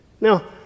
Now